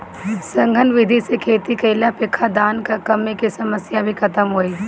सघन विधि से खेती कईला पे खाद्यान कअ कमी के समस्या भी खतम होई